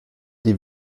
die